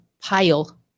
pile